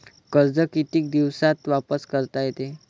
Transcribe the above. कर्ज कितीक दिवसात वापस करता येते?